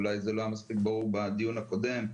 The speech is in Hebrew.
אולי זה לא היה מספיק ברור בדיון הקודם,